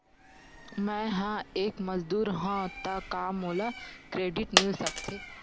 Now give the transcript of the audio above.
मैं ह एक मजदूर हंव त का मोला क्रेडिट मिल सकथे?